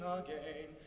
again